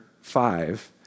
five